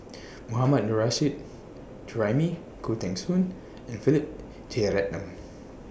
Mohammad Nurrasyid Juraimi Khoo Teng Soon and Philip Jeyaretnam